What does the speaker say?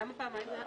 למה פעמיים?